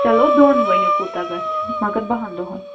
چلو دۄن ؤنِو کوٗتاہ گَژھِ مگر باہَن دۄہَن